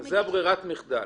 זה ברירת המחדל.